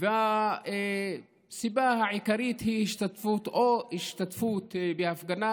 והסיבה העיקרית היא או השתתפות בהפגנה